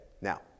Now